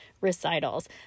recitals